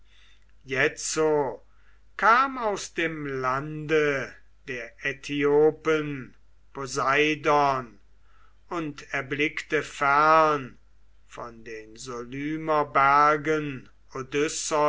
jetzo kam aus dem lande der aithiopen poseidon und erblickte fern von der